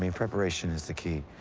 i mean preparation is the key.